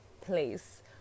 place